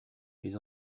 les